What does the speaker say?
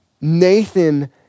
Nathan